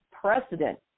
precedent